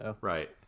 Right